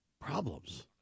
problems